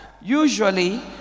Usually